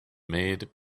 made